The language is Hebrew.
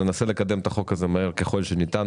אנחנו ננסה לקדם את החוק הזה מהר ככל שניתן.